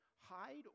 hide